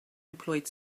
employed